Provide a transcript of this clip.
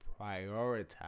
prioritize